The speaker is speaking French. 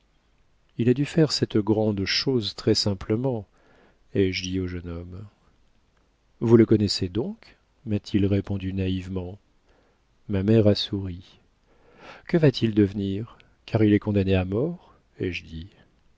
il a dû faire cette grande chose très simplement ai-je dit au jeune homme vous le connaissez donc m'a-t-il répondu naïvement ma mère a souri que va-t-il devenir car il est condamné à mort ai-je dit